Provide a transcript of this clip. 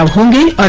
um hundred